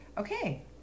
Okay